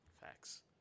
Facts